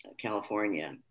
California